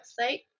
website